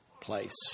place